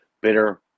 bitter